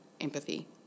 empathy